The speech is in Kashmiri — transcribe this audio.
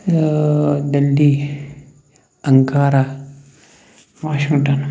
ڈلڈی انکارا واشِنٛگٹَن